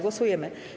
Głosujemy.